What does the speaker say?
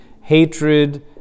hatred